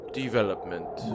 development